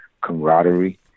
camaraderie